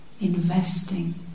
investing